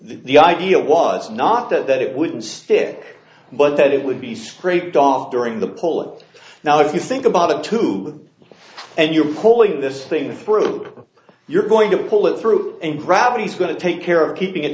the idea was not that it wouldn't stick but that it would be scraped off during the pull now if you think about it too and you're pulling this thing through you're going to pull it through and gravity is going to take care of keeping it